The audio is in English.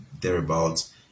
thereabouts